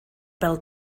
bêl